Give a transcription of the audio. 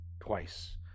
twice